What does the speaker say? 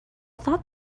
thought